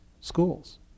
schools